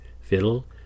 fiddle